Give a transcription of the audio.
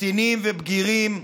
קטינים ובגירים,